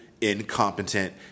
incompetent